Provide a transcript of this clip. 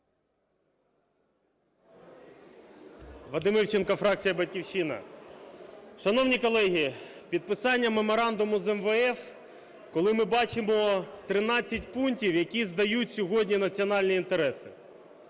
Вадим Івченко, фракція "Батьківщина". Шановні колеги, підписання меморандуму з МВФ, коли ми бачимо 13 пунктів, які здають сьогодні національні інтереси.